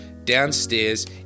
downstairs